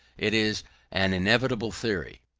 it is an inevitable theory.